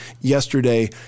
yesterday